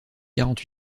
quarante